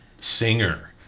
singer